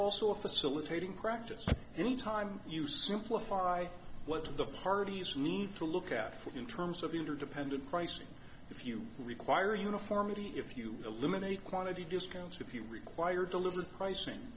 also a facilitating practice any time you simplify what the parties need to look out for in terms of interdependent pricing if you require uniformity if you eliminate quantity discounts if you require deliver pricing